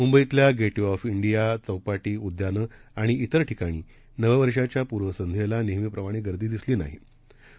मुंबईतल्यागेटवेऑफइंडिया चौपाटी उद्यानंआणिअन्यठिकाणीनववर्षाच्यापूर्वसंध्येलानेहमीप्रमाणेगर्दीदिसलीनाही